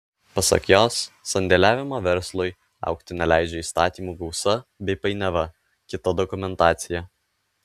pasak jos sandėliavimo verslui augti neleidžia įstatymų gausa bei painiava kita dokumentacija